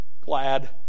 glad